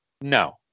No